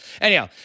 Anyhow